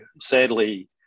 Sadly